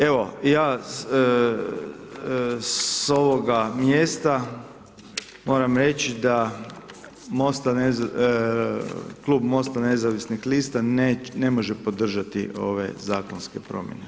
Evo, ja s ovoga mjesta moram reći da MOST-a Klub MOST-a nezavisnih lista ne može podržati ove zakonske promijene.